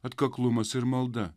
atkaklumas ir malda